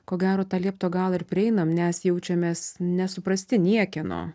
ko gero tą liepto galą ir prieinam nes jaučiamės nesuprasti niekieno